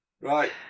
Right